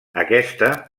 aquesta